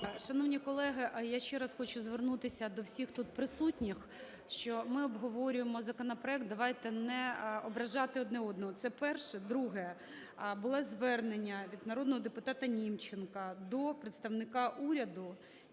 Шановні колеги, а я ще раз хочу звернутися до всіх тут присутніх, що ми обговорюємо законопроект. Давайте не ображати один одного. Це перше. Друге. Було звернення від народного депутата Німченка до представника уряду.